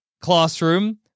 classroom